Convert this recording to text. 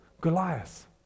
Goliath